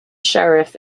sheriff